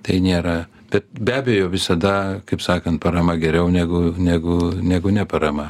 tai nėra bet be abejo visada kaip sakant parama geriau negu negu negu ne parama